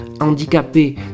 handicapé